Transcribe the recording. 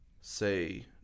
say